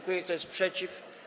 Kto jest przeciw?